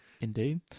Indeed